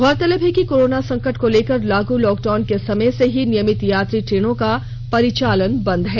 गौरतलब है कि कोरोना संकट को लेकर लागू लॉकडाउन के समय से ही नियमित यात्री ट्रेनों का परिचालन बंद है